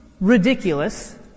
ridiculous